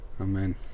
Amen